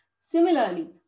Similarly